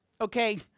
okay